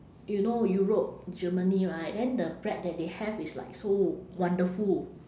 you know europe germany right then the bread that they have is like so wonderful